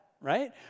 right